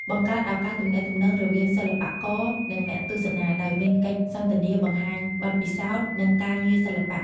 បង្កើតឱកាសទំនាក់ទំនងរវាងសិល្បករ និងអ្នកទស្សនា ដោយមានកិច្ចសន្ទនាបង្ហាញបទពិសោធន៍ និងការងារសិល្បៈ។